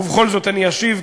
ובכל זאת אני אשיב,